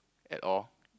at all